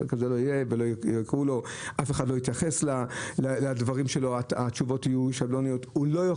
מי שאין לו אוריינות דיגיטלית היום, לא יכול